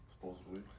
Supposedly